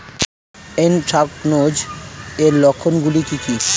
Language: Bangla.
এ্যানথ্রাকনোজ এর লক্ষণ গুলো কি কি?